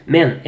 Men